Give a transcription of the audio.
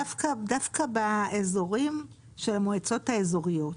דווקא באזורים של המועצות האזוריות,